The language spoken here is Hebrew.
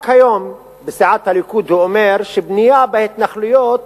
רק היום בסיעת הליכוד הוא אמר שבנייה בהתנחלויות